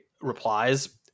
replies